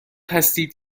هستید